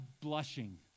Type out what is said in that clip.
blushing